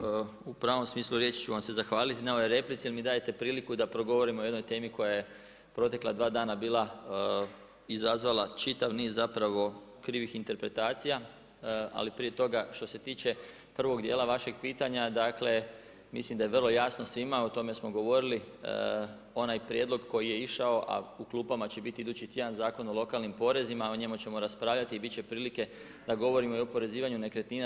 Apsolutno, evo u pravom smislu riječju ću vam se zahvaliti na ovoj replici, jer mi dajte priliku da progovorim o jednoj temi koja je protekla 2 dana bila i izazvala čitav niz zapravo krivih interpretacija, ali prije toga, što se tiče prvog dijela vašeg pitanje, dakle mislim da je vrlo jasno svima, o tome smo govorili onaj prijedlog koji je išao, a u klupama će biti idući tjedan Zakon o lokalnim porezima, a o njemu ćemo raspravljati i bit će prilike da govorimo i o oporezivanju nekretnina.